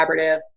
collaborative